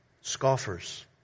Scoffers